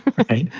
right.